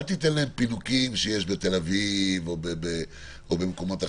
תיתן להם פינוקים שיש בתל אביב או במקומות אחרים,